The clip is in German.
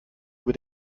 über